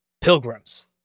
pilgrims